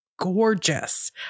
gorgeous